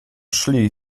szli